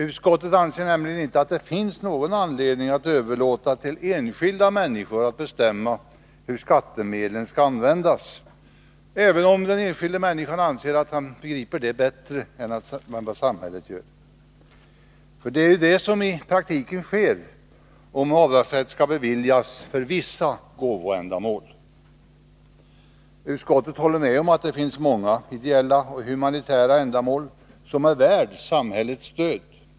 Utskottet anser nämligen inte att det finns någon anledning att överlåta till enskilda människor att bestämma hur skattemedlen skall användas, även om den enskilda människan anser att hon begriper det bättre än samhället. Det är ju det som i praktiken skulle ske, om avdragsrätt skulle beviljas för vissa gåvoändamål. Utskottet håller med om att det finns många ideella och humanitära ändamål som är värda samhällets stöd.